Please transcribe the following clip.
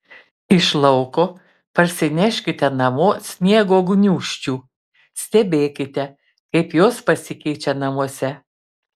iš lauko parsineškite namo sniego gniūžčių stebėkite kaip jos pasikeičia namuose